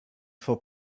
for